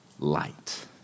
light